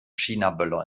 chinaböller